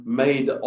made